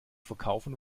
verkaufen